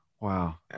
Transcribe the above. wow